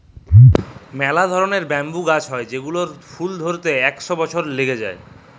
ম্যালা ধরলের ব্যাম্বু গাহাচ হ্যয় যেগলার ফুল ধ্যইরতে ইক শ বসর ল্যাইগে যায়